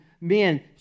men